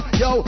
yo